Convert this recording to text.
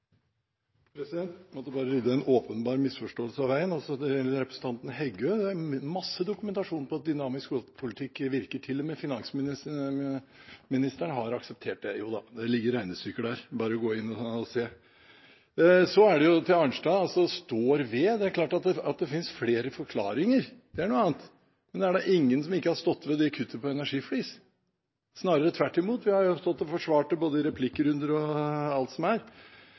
måtte bare rydde en åpenbar misforståelse av veien. Til representanten Heggø: Det er masse dokumentasjon på at dynamisk skattepolitikk virker. Til og med finansministeren har akseptert det. Det ligger regnestykker der, det er bare å gå inn og se. Så til Arnstad: «Står ved» – det er klart at det finnes flere forklaringer. Det er noe annet. Men det er ingen som ikke har stått ved det kuttet på energiflis, snarere tvert imot. Vi har jo stått og forsvart det både i replikkrunder og alt som er.